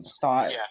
thought